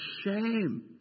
shame